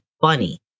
funny